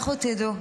לכו תדעו.